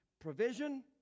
Provision